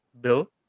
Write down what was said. Bill